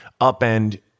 upend